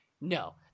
No